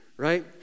right